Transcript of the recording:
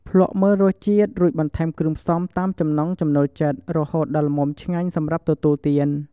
ភ្លក្សមើលរសជាតិ រួចបន្ថែមគ្រឿងផ្សំតាមចំណង់ចំណូលចិត្ត រហូតដល់ល្មមឆ្ងាញ់សម្រាប់ទទួលទាន។